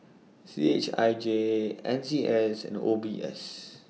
C H I J N C S and O B S